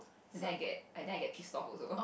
and then I get and then I get kiss talk also